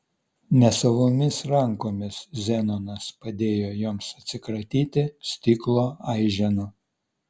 nesavomis rankomis zenonas padėjo joms atsikratyti stiklo aiženų